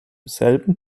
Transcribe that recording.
selben